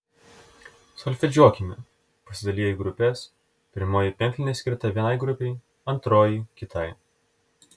solfedžiuokime pasidaliję į grupes pirmoji penklinė skirta vienai grupei antroji kitai